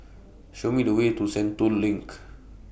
Show Me The Way to Sentul LINK